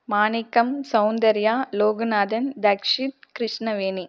Manickam Soundarya Loganathan Dakshit Krishnaveni